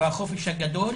והחופש הגדול.